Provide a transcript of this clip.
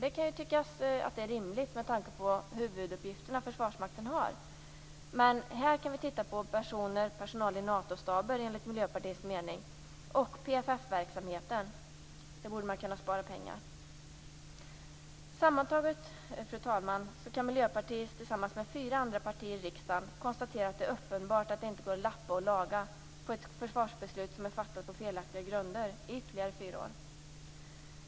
Det kan tyckas rimligt med tanke på de huvuduppgifter Försvarsmakten har, men här kan vi enligt Miljöpartiets mening hitta personal i Natostaber och PFF verksamheten. Där borde man kunna spara pengar. Sammantaget, fru talman, kan Miljöpartiet tillsammans med fyra andra partier i riksdagen konstatera att det är uppenbart att det inte i ytterligare fyra år går att lappa och laga ett försvarsbeslut som är fattat på felaktiga grunder.